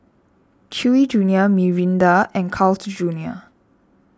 Chewy Junior Mirinda and Carl's Junior